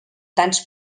tants